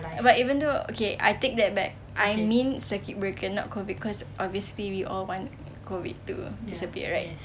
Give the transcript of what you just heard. but even though okay I take that back I mean circuit breaker not COVID cause obviously we all want COVID to disappear right